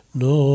no